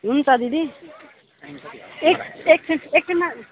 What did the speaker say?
हुन्छ दिदी एक एकछिन एकछिनमा